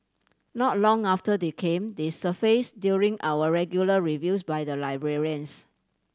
not long after they came they surface during our regular reviews by the librarians